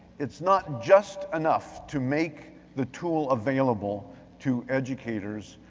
it's not just enough to make the tool available to educators.